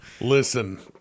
Listen